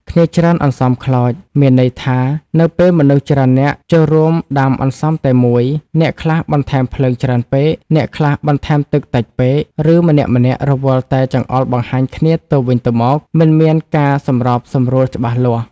«គ្នាច្រើនអន្សមខ្លោច» មានន័យថានៅពេលមនុស្សច្រើននាក់ចូលរួមដាំអន្សមតែមួយ អ្នកខ្លះបន្ថែមភ្លើងច្រើនពេក អ្នកខ្លះបន្ថែមទឹកតិចពេក ឬម្នាក់ៗរវល់តែចង្អុលបង្ហាញគ្នាទៅវិញទៅមក មិនមានការសម្របសម្រួលច្បាស់លាស់។